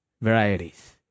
Varieties